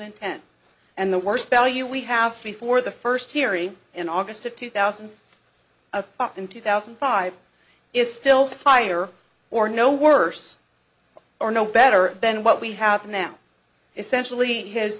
and ten and the worst value we have before the first hearing in august of two thousand a pop in two thousand and five is still higher or no worse or no better than what we have now essentially h